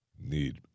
need